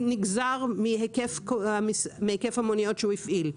היקף הפיצוי נגזר מהיקף המוניות שהוא הפעיל.